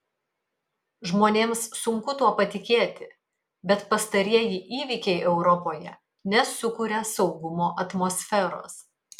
žmonėms sunku tuo patikėti bet pastarieji įvykiai europoje nesukuria saugumo atmosferos